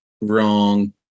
wrong